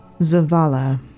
Zavala